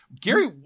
Gary